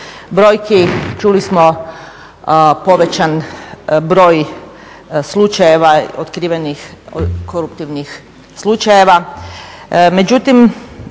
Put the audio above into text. čuli smo povećan broj slučajeva otkrivenih, koruptivnih slučajeva